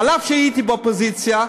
אף שהייתי באופוזיציה.